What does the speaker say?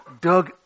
Doug